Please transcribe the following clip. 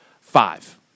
five